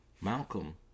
Malcolm